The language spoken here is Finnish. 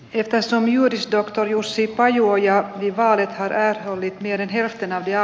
kerrassaan juridista jussi pajuoja vaalipäivä oli virhe josta nokia